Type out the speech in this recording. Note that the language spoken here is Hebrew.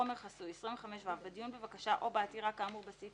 חומר חסוי 25ו. (א)בדיון בבקשה או בעתירה כאמור בסעיף